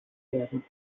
werden